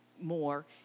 More